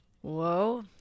Whoa